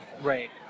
Right